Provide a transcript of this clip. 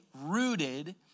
rooted